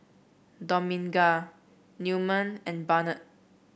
Dominga Newman and Barnett